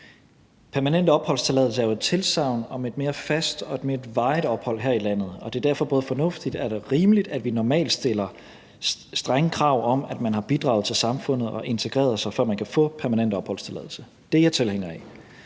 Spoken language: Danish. Permanent opholdstilladelse er jo et tilsagn om et mere fast og mere varigt ophold her i landet, og det er derfor både fornuftigt og rimeligt, at vi normalt stiller strenge krav om, at man har bidraget til samfundet og integreret sig, før man kan få permanent opholdstilladelse; det er jeg tilhænger af.